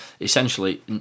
essentially